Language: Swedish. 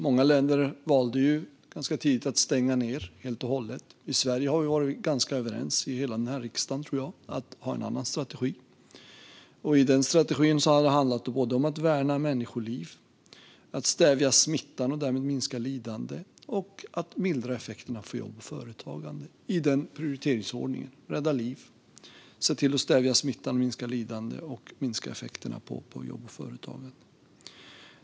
Många länder valde ganska tidigt att stänga ned helt och hållet. I Sverige har vi varit ganska överens i hela riksdagen om att ha en annan strategi. I vår strategi har det handlat om att värna människoliv, stävja smittan och därmed minska lidande samt att mildra effekterna för jobb och företagande. Och det har skett i den prioriteringsordningen - rädda liv, stävja smittan och minska lidande samt minska effekterna för jobb och företagande.